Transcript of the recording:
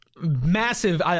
massive